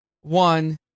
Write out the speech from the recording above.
one